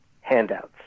handouts